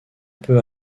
peu